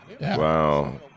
Wow